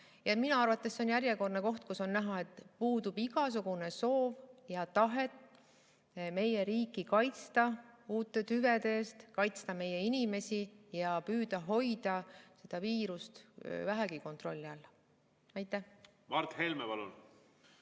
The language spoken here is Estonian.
Minu arvates see on järjekordne koht, kus on näha, et puudub igasugune soov ja tahe meie riiki kaitsta uute tüvede eest, kaitsta meie inimesi ja püüda hoida seda viirust vähegi kontrolli all. Tänan